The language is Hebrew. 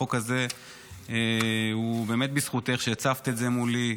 החוק הזה הוא באמת בזכותך, שהצפת את זה מולי.